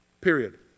Period